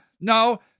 no